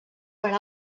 per